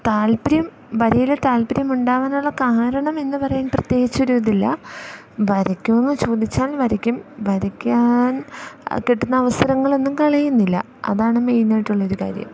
താൽപര്യം വരയിലെ താൽപ്പര്യം ഉണ്ടാവാനുള്ള കാരണമെന്ന് പറയാൻ പ്രത്യേകിച്ചു ഒരു ഇതില്ല വരക്കുമോ എന്നു ചോദിച്ചാൽ വരയ്ക്കും വരയ്ക്കാൻ കിട്ടുന്ന അവസരങ്ങളൊന്നും കളയുന്നില്ല അതാണ് മെയിനായിട്ടുള്ള ഒരു കാര്യം